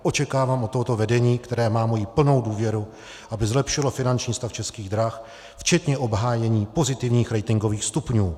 Očekávám od tohoto vedení, které má moji plnou důvěru, aby zlepšilo finanční stav Českých drah včetně obhájení pozitivních ratingových stupňů.